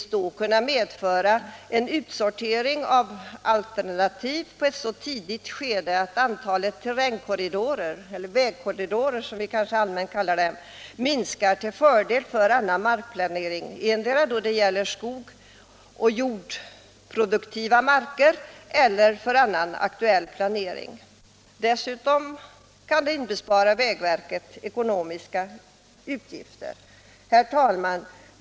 Det skulle kunna medföra en utsortering av alternativ i ett så tidigt skede att antalet terrängkorridorer, eller vägkorridorer som vi kanske vanligtvis säger, minskar till fördel antingen för skogs eller jordproduktiva marker eller för annan aktuell planering. Dessutom kan vägverket slippa vissa utgifter. Herr talman!